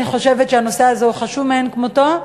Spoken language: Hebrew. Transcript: אני חושבת שהנושא הזה הוא חשוב מאין כמותו,